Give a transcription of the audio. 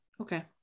okay